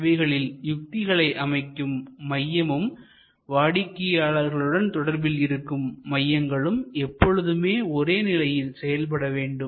இவைகளில் யுத்திகளை அமைக்கும் மையமும் வாடிக்கையாளர்களுடன் தொடர்பில் இருக்கும் மையங்களும் எப்பொழுதும் ஒரே நிலையில் செயல்பட வேண்டும்